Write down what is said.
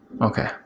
Okay